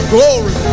Glory